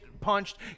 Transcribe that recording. punched